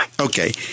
Okay